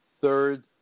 third